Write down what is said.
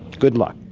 good luck.